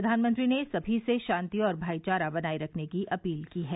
प्रधानमंत्री ने सभी से शांति और भाईचारा बनाये रखने की अपील की है